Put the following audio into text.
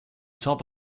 top